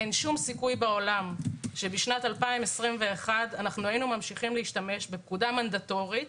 אין שום סיכוי בעולם שבשנת 2021 היינו ממשיכים להשתמש בפקודה מנדטורית